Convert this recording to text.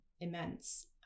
immense